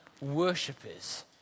worshippers